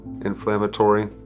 inflammatory